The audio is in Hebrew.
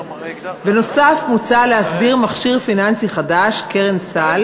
בנוסף, מוצע להסדיר מכשיר פיננסי חדש, "קרן סל",